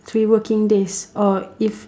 three working days or if